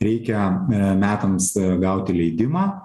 reikia metams a gauti leidimą